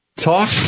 talk